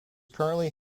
currently